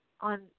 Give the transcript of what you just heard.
on